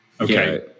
okay